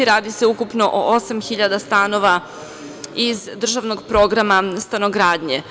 Radi se ukupno o osam hiljada stanova iz državnog programa stanogradnje.